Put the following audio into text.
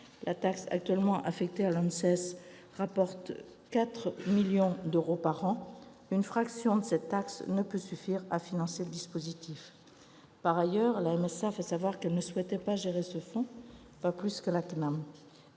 La taxe actuellement affectée à l'ANSES rapporte 4 millions d'euros par an. Une fraction de cette taxe ne peut suffire à financer le dispositif. Par ailleurs, la MSA a fait savoir qu'elle ne souhaitait pas gérer ce fonds, pas plus que la CNAM.